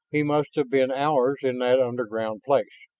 he must have been hours in that underground place.